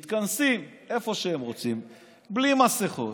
מתכנסים איפה שהם רוצים בלי מסכות,